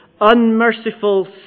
unmerciful